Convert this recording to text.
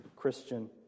Christian